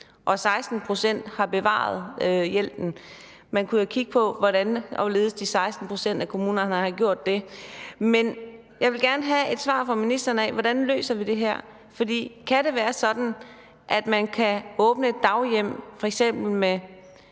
at 16 pct. har bevaret hjælpen. Man kunne jo kigge på, hvordan og hvorledes de 16 pct. af kommunerne har gjort det. Men jeg vil gerne have et svar fra ministeren af på, hvordan vi løser det her. Kan det være sådan, at man kan åbne et daghjem, f.eks. med